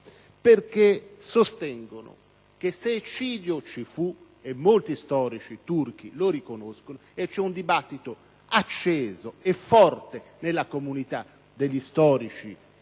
Essi sostengono infatti che se eccidio ci fu - molti storici turchi lo riconoscono, e c'è un dibattito acceso e forte nella comunità degli storici e degli